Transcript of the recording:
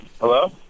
Hello